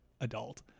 adult